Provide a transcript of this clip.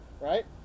right